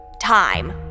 Time